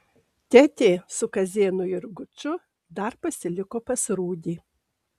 tetė su kazėnu ir guču dar pasiliko pas rūdį